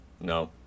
No